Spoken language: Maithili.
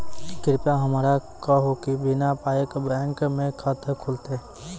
कृपया हमरा कहू कि बिना पायक बैंक मे खाता खुलतै?